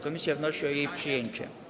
Komisja wnosi o jej przyjęcie.